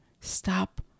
Stop